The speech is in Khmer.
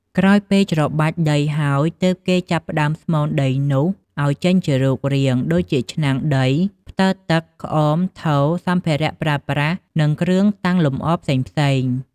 ក្រោយពេលច្របាច់ដីហើយទើបគេចាប់ផ្តើមស្មូនដីនោះឲ្យចេញជារូបរាង ដូចជាឆ្នាំងដី ផ្តិលទឹក ក្អម ថូរ សម្ភារៈប្រើប្រាស់និងគ្រឿងតាំងលម្អរផ្សេងៗ។